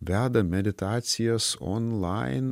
veda meditacijas onlain